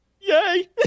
Yay